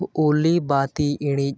ᱳᱞᱤ ᱵᱟᱹᱛᱤ ᱤᱲᱤᱡ